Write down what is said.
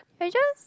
it just